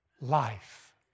life